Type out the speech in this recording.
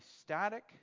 static